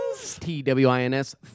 T-W-I-N-S